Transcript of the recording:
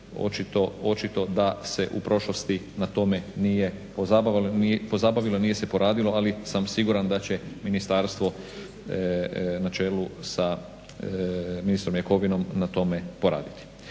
očito da se u prošlosti na tome nije pozabavilo, nije se poradilo, ali sam siguran da će ministarstvo na čelu sa ministrom Jakovinom na tome poraditi.